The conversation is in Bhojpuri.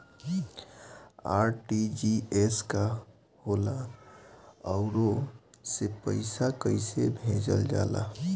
आर.टी.जी.एस का होला आउरओ से पईसा कइसे भेजल जला?